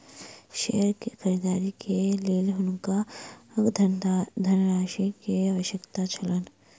share के खरीद के लेल हुनका धनराशि के आवश्यकता छल